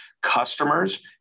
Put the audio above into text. Customers